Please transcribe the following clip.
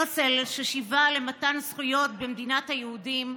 הרצל, ששיווע למתן זכויות במדינת היהודים,